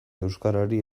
euskarari